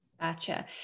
Gotcha